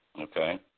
Okay